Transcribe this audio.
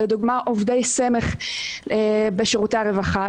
לדוגמה עובדי סמך בשירותי הרווחה.